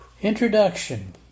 Introduction